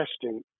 testing